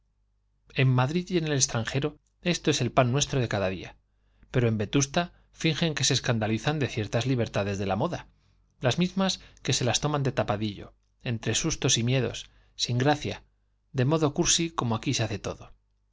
en madrid y en el extranjero esto es el pan nuestro de cada día pero en vetusta fingen que se escandalizan de ciertas libertades de la moda las mismas que se las toman de tapadillo entre sustos y miedos sin gracia del modo cursi como aquí se hace todo